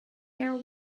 there